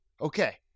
Okay